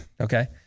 okay